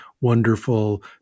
wonderful